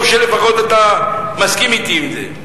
טוב שלפחות אתה מסכים אתי בזה.